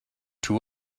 two